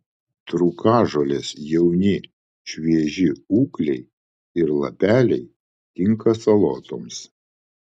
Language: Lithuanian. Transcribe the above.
trūkažolės jauni švieži ūgliai ir lapeliai tinka salotoms